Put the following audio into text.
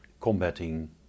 combating